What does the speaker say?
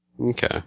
Okay